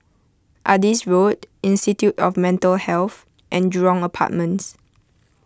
Adis Road Institute of Mental Health and Jurong Apartments